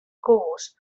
schools